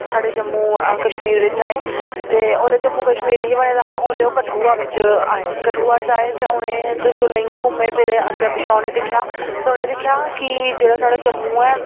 साढ़े जम्मू कश्मीर बिच्च आए ते ओल्लै जम्मू कश्मीर नेईं ही बने दा ओल्लै ओह् कठुआ बिच्च आए कठुआ च आए ते उनें जेल्लै इ'यां घूमें फिरे अग्गें पिच्छै उ'नें दिक्खेआ ते उ'नें दिक्खेआ कि जेह्ड़ा साढ़ा जम्मू ऐ